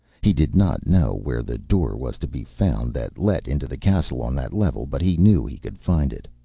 he did not know where the door was to be found that let into the castle on that level, but he knew he could find it.